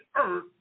earth